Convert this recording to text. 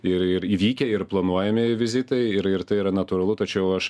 ir ir įvykę ir planuojami vizitai ir ir tai yra natūralu tačiau aš